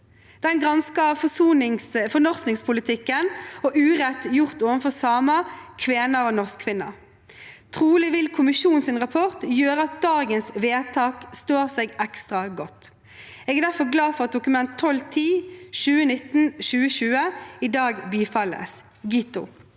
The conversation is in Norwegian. Den gransker fornorskingspolitikken og urett gjort overfor samer, kvener og norskfinner. Trolig vil kommisjonens rapport gjøre at dagens vedtak står seg ekstra godt. Jeg er derfor glad for at Dokument 12:10 for 2019– 2020 i dag bifalles. «Giitu!»